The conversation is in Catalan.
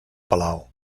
palau